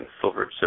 silver